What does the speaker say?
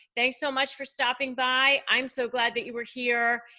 thanks so much for stopping by. i'm so glad that you were here,